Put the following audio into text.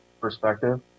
perspective